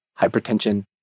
hypertension